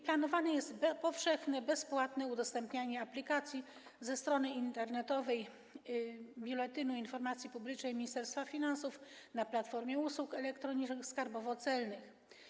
Planowane jest powszechne i bezpłatne udostępnienie aplikacji na stronie internetowej Biuletynu Informacji Publicznej Ministerstwa Finansów i na Platformie Usług Elektronicznych Skarbowo-Celnych.